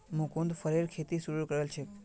मुकुन्द फरेर खेती शुरू करल छेक